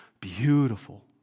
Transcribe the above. beautiful